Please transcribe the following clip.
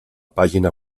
pàgina